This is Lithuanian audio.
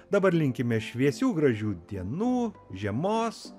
dabar linkime šviesių gražių dienų žiemos